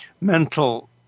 mental